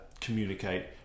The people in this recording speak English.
communicate